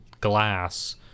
glass